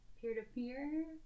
peer-to-peer